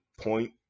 point